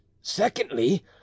Secondly